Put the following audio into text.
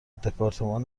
دپارتمان